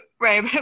right